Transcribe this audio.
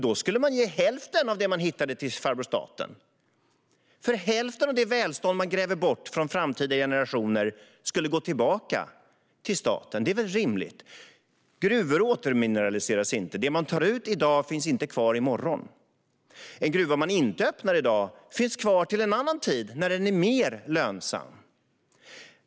Då skulle man ge hälften av det man hittade till farbror Staten. Hälften av det välstånd man gräver bort för framtida generationer skulle gå tillbaka till staten. Det är väl rimligt? Gruvor återmineraliseras inte. Det man tar ut i dag finns inte kvar i morgon. En gruva man inte öppnar i dag finns kvar till en annan tid när den är mer lönsam.